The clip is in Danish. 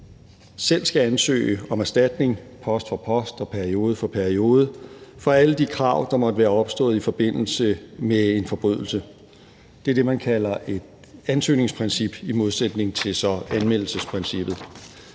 selv skal ansøge om erstatning, post for post og periode for periode, for alle de krav, der måtte være opstået i forbindelse med en forbrydelse. Det er så det, man kalder et ansøgningsprincip i modsætning til anmeldelsesprincippet.